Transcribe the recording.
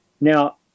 Now